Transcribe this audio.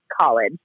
college